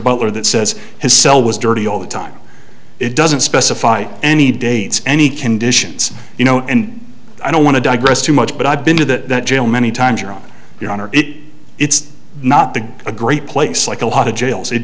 butler that says his cell was dirty all the time it doesn't specify any dates any conditions you know and i don't want to digress too much but i've been to that jail many times you're on your own or it it's not the a great place like a lot of jails it